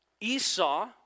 Esau